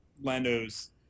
Lando's